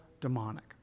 demonic